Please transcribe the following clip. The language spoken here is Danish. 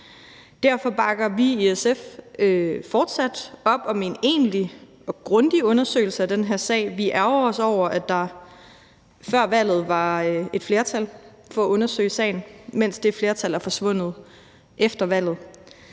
Derfor bakker vi i SF fortsat op om en egentlig og grundig undersøgelse af den her sag. Vi ærgrer os over, at der før valget var et flertal for at undersøge sagen, mens det flertal er forsvundet efter valget.